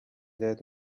dead